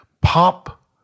pop